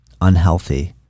unhealthy